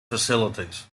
facilities